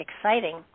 exciting